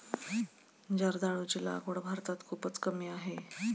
जर्दाळूची लागवड भारतात खूपच कमी आहे